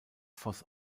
voß